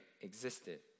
existed